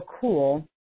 cool